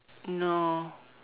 no